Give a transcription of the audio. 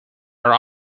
are